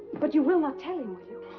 but you will not tell him, will you?